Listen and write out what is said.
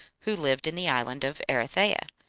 who lived in the island of erythea,